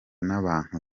nabantu